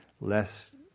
less